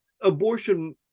abortion